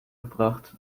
gebracht